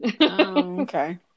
Okay